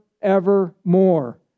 evermore